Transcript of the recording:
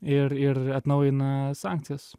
ir ir atnaujina sankcijas